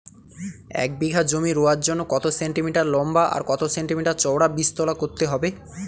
এক বিঘা জমি রোয়ার জন্য কত সেন্টিমিটার লম্বা আর কত সেন্টিমিটার চওড়া বীজতলা করতে হবে?